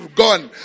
gone